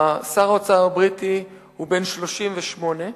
שר האוצר הבריטי הוא בן 38,